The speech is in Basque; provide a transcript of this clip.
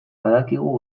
badakigu